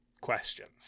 questions